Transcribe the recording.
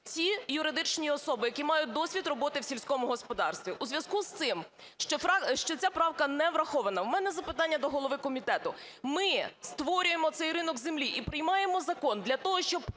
ті юридичні особи, які мають досвід у сільському господарстві. У зв'язку з тим, що ця правка не врахована, в мене запитання до голови комітету. Ми створюємо цей ринок землі і приймаємо закон для того, щоб